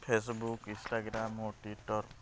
Facebook Instagram ଓ Twitter